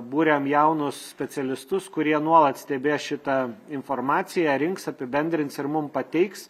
buriam jaunus specialistus kurie nuolat stebės šitą informaciją rinks apibendrins ir mum pateiks